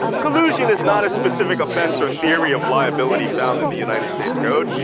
collusion is not a specific offense or theory of liability found in the united states code,